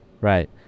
right